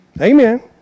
Amen